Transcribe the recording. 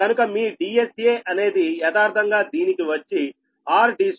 కనుక మీ DSA అనేది యదార్ధంగా దీనికి వచ్చి 13